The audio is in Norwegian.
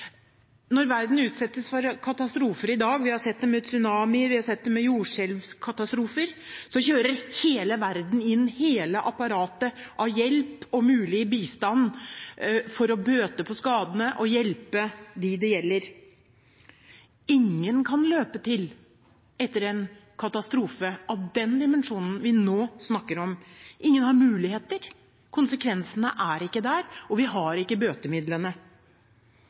Når verden utsettes for katastrofer i dag – vi har sett det ved tsunamier, vi har sett det ved jordskjelvkatastrofer – kjører hele verden inn hele apparatet med hjelp og mulig bistand for å bøte på skadene og hjelpe dem det gjelder. Ingen kan løpe til etter en katastrofe av den dimensjonen vi nå snakker om. Ingen har muligheter. Konsekvensene er ikke der, og vi har ikke